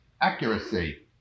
accuracy